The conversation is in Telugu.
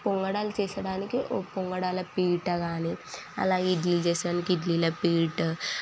పొంగడాలు చేయడానికి ఓ పొంగడాల పీఠగానీ అలా ఇడ్లీ చేయడానికి ఇడ్లీల పీఠ